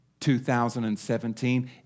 2017